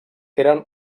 eren